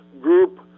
group